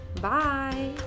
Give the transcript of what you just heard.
Bye